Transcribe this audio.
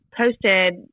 posted